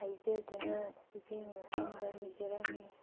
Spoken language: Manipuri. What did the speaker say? ꯍꯥꯏꯖꯗꯨꯅ ꯏꯕꯦꯟꯒꯤ ꯃꯐꯝꯗ ꯅꯤꯖꯔꯝꯃꯤ